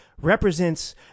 represents